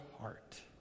heart